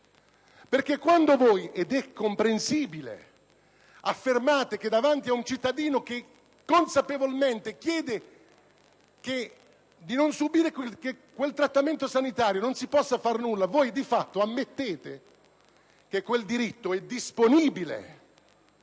perché quando affermate - com'è comprensibile - che, davanti ad un cittadino che consapevolmente chiede di non subire quel trattamento sanitario, non si può fare nulla, di fatto ammettete che quel diritto è disponibile.